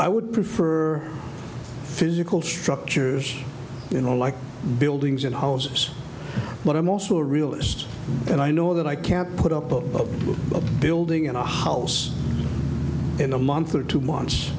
i would prefer physical structures you know like buildings and houses but i'm also a realist and i know that i can't put up a building and a house in a month or two months